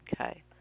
Okay